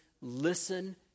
listen